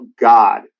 God